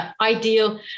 ideal